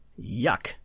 Yuck